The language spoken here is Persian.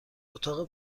اتاق